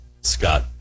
Scott